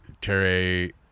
terry